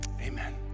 Amen